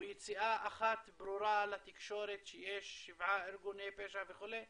או יציאה אחת ברורה לתקשורת שיש שבעה ארגוני פשע וכו',